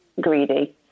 greedy